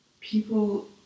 people